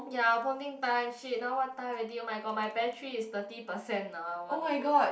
ya bonding time !shit! now what time already oh-my-god my battery is thirty percent now I want to go